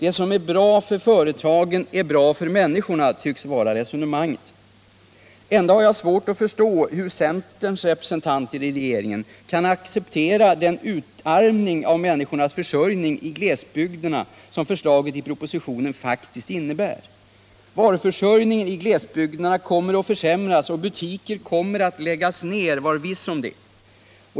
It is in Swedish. Det som är bra för företagen är bra för människorna, tycks vara resonemanget. Ändå har jag svårt att förstå hur centerns representanter i regeringen kan acceptera den utarmning av människornas försörjning i glesbygderna som förslaget i propositionen faktiskt innebär. Varuförsörjningen i glesbygderna kommer att försämras och butiker kommer att läggas ner, var viss om det.